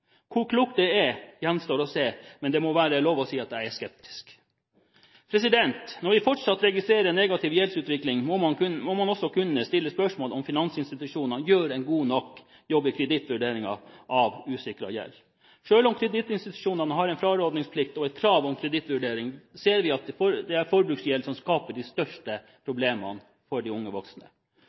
Hvor klokt det er, gjenstår å se, men det må være lov å si at jeg er skeptisk. Når vi fortsatt registrerer negativ gjeldsutvikling, må man også kunne stille spørsmål om finansinstitusjonene gjør en god nok jobb ved kredittvurderingen av usikret gjeld. Selv om kredittinstitusjonene har en frarådingsplikt og et krav om kredittvurdering, ser vi at det er forbruksgjeld som skaper de største problemene for de unge voksne.